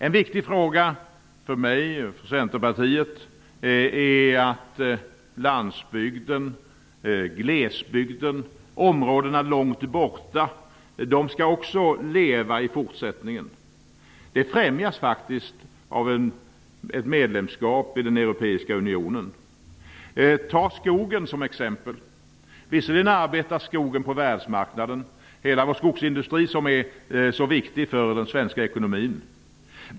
En viktig fråga för mig och för Centerpartiet är att landsbygden, glesbygden, områdena långt borta också skall leva i fortsättningen. Det främjas faktiskt av ett medlemskap i den europeiska unionen. Vi kan ta skogen som exempel. Visserligen arbetar vi där på världsmarknaden. Skogsindustrin är oerhört viktig för den svenska ekonomin.